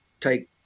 take